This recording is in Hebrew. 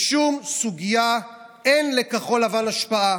בשום סוגיה אין לכחול לבן השפעה.